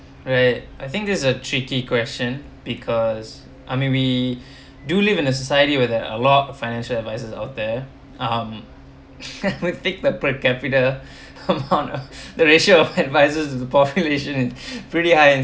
right I think there's a tricky question because I mean we do live in a society where there are a lot of financial advisors out there um we take the per capital amount of the ratio of advisors to the population it's pretty high in